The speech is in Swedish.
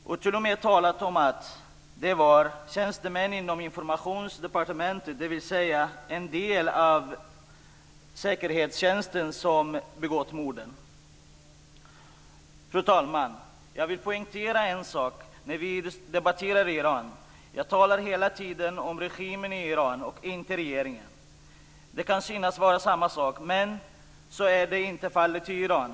Man har t.o.m. talat om att det var tjänstemän inom informationsdepartementet, dvs. en del av säkerhetstjänsten, som begått morden. Fru talman! Jag vill poängtera en sak när vi debatterar Iran. Jag talar hela tiden om regimen i Iran och inte om regeringen. Det kan synas vara samma sak, men så är inte fallet i Iran.